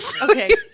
Okay